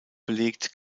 belegt